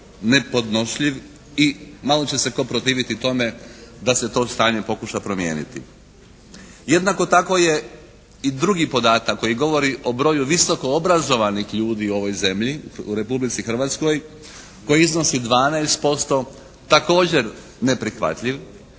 i malo će se tko protiviti tome da se to stanje pokuša promijeniti. Jednako tako je i drugi podatak koji govori o broju visoko obrazovnih ljudi u ovoj zemlji, u Republici Hrvatskoj, koji iznosi 12% također neprihvatljiv.